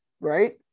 right